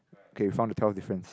okay found to tell difference